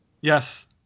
Yes